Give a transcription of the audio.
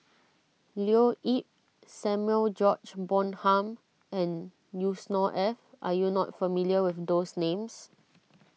Leo Yip Samuel George Bonham and Yusnor Ef are you not familiar with those names